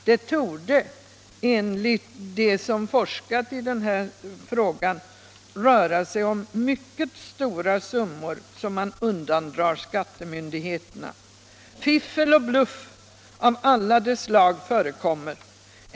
Det torde enligt dem som forskat i den här frågan röra sig om mycket stora summor som man undandrar skattemyndigheterna. Fiffel och bluff av alla de slag förekommer.